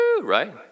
Right